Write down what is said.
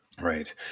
Right